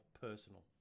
personal